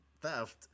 theft